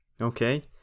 Okay